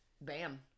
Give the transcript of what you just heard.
bam